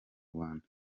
rwanda